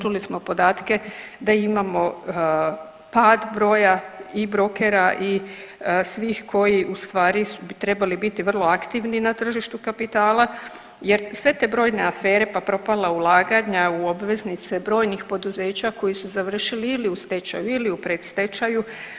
Čuli smo podatke da imamo pad broja i brokera i svih koji u stvari bi trebali biti vrlo aktivni na tržištu kapitala, jer sve te brojne afere pa propala ulaganja u obveznice brojnih poduzeća koji su završili ili u stečaju ili u predstečaju.